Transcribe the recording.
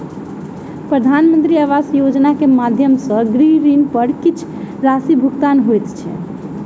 प्रधानमंत्री आवास योजना के माध्यम सॅ गृह ऋण पर किछ राशि भुगतान होइत अछि